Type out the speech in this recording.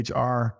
HR